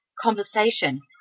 conversation